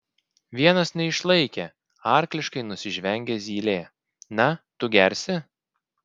vienas neišlaikė arkliškai nusižvengė zylė na tu gersi